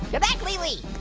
get back lili.